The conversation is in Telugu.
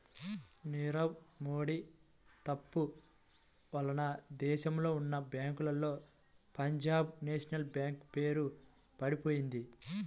నీరవ్ మోడీ తప్పు వలన దేశంలో ఉన్నా బ్యేంకుల్లో పంజాబ్ నేషనల్ బ్యేంకు పేరు పడిపొయింది